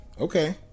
Okay